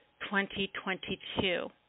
2022